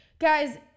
guys